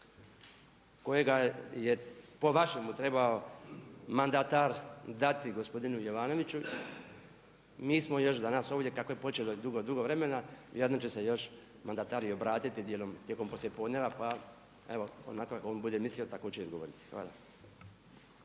kojega je po vašemu trebao mandatar dati gospodinu Jovanoviću. Mi smo još danas ovdje, kako je počelo dugo, dugo vremena, vjerojatno će se još mandatar i obratiti tijekom poslijepodnevna pa evo onako kako on bude mislio tako će i odgovoriti. Hvala.